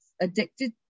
addicted